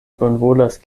bonvolas